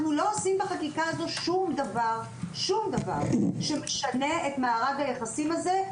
אנחנו לא עושים בחקיקה הזו שום דבר שמשנה את מארג היחסים הזה,